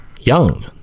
young